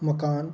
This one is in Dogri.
मकान